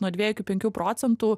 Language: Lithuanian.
nuo dviejų iki penkių procentų